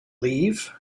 leave